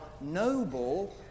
noble